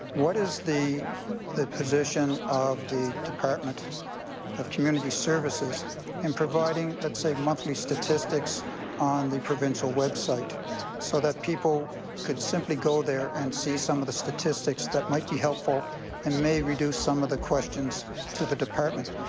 what is the the position of the department of community services in providing let's say monthly statistics on the provincial website so that people could go there and see some of the statistics that might be helpful and may reduce some of the questions to the department?